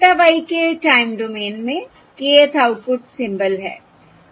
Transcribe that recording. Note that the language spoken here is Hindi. छोटा y k टाइम डोमेन में kth आउटपुट सिंबल है